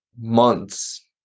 months